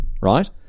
right